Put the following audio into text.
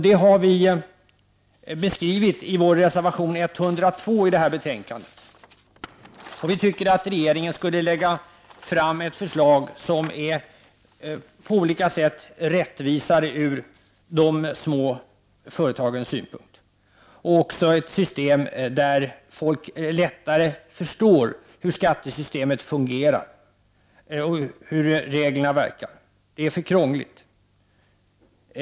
Detta har vi beskrivit i reservation 102 i betänkandet. Vi tycker att regeringen skall lägga fram ett förslag som är på olika sätt rättvisare ur de små företagens synvinkel och där folk lättare förstår hur skattesystemet fungerar och hur reglerna verkar.